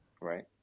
right